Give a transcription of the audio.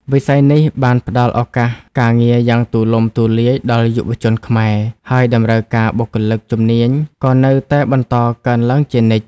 វិស័យនេះបានផ្តល់ឱកាសការងារយ៉ាងទូលំទូលាយដល់យុវជនខ្មែរ ហើយតម្រូវការបុគ្គលិកជំនាញក៏នៅតែបន្តកើនឡើងជានិច្ច។